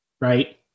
right